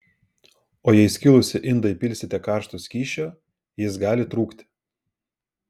o jei į įskilusį indą įpilsite karšto skysčio jis gali trūkti